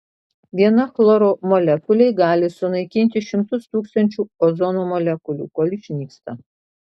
viena chloro molekulė gali sunaikinti šimtus tūkstančių ozono molekulių kol išnyksta